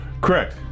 Correct